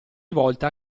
volta